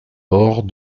hors